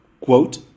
quote